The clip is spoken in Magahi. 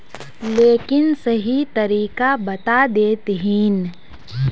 लेकिन सही तरीका बता देतहिन?